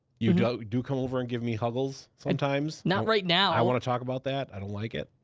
you know do come over and give me huddles sometimes. not right now. i wanna talk about that. i don't like it.